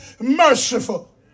merciful